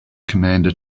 commander